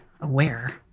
aware